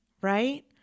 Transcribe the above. right